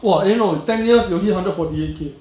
!wah! eh no ten years will hit one hundred and forty eight K